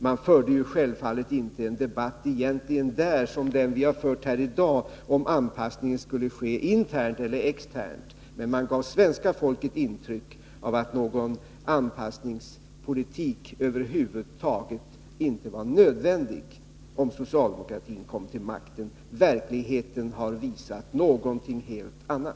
Man förde självfallet inte en debatt som den vi har fört här i dag, om anpassningen skulle ske internt eller externt, men man gav svenska folket intryck av att någon anpassningspolitik över huvud taget inte var nödvändig om socialdemokratin kom till makten. Verkligheten har visat någonting helt annat.